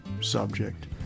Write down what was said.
subject